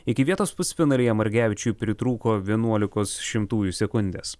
iki vietos pusfinalyje margevičiui pritrūko vienuolikos šimtųjų sekundės